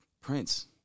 Prince